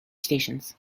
stations